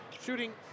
shooting